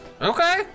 Okay